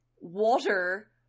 water